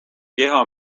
keha